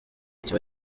kiba